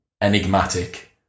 enigmatic